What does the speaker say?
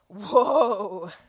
Whoa